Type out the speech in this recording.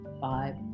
five